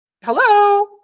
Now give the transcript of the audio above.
Hello